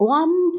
one